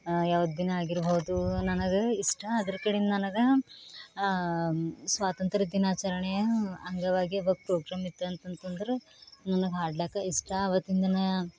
ಯಾವ್ದು ಭೀ ನ ಆಗಿರಬಹುದು ನನಗೆ ಇಷ್ಟ ಅದರ ಕಡಿಂದು ನನಗೆ ಸ್ವಾತಂತ್ರ್ಯ ದಿನಾಚರಣೆ ಅಂಗವಾಗಿ ಪ್ರೋಗ್ರಾಮಿತ್ತಂತಂದ್ರೆ ನನಗೆ ಹಾಡ್ಲಕ್ಕ ಇಷ್ಟ ಆವತ್ತಿನ ದಿನ